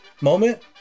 moment